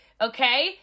Okay